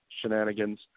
shenanigans